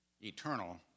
eternal